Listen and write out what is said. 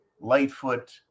Lightfoot